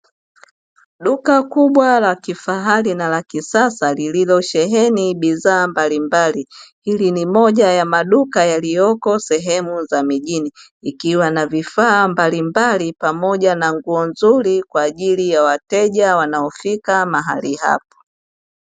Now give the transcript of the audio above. Duka kubwa la kifahari na la kisasa lililosheheni bidhaa mbalimbali, hili ni moja ya maduka lililopo eneo la mijini, likiwa na vifaa mbalimbali pamoja na nguo nzuri kwa ajili ya wateja wanaofika mahali hapa.